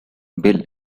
bill